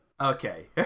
Okay